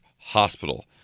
Hospital